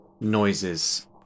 noises